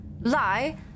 lie